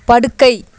படுக்கை